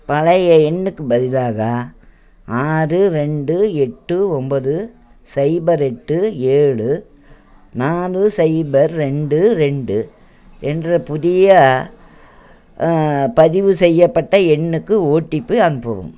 பழைய எண்ணுக்குப் பதிலாக ஆறு ரெண்டு எட்டு ஒன்பது சைபர் எட்டு ஏழு நாலு சைபர் ரெண்டு ரெண்டு என்ற புதிய பதிவுசெய்யப்பட்ட எண்ணுக்கு ஓடிபி அனுப்பவும்